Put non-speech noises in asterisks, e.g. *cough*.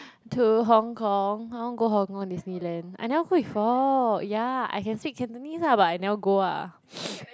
to Hong-Kong I want go Hong-Kong Disneyland I never go before ya I can speak Cantonese ah but I never go ah *noise*